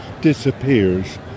disappears